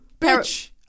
Bitch